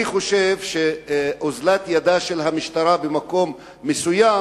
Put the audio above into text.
אני חושב שאוזלת ידה של המשטרה במקום מסוים,